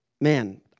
Man